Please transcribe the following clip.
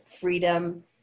freedom